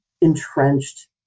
entrenched